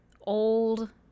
old